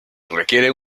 requiere